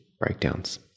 breakdowns